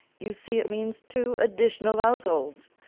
you see it means two additional households.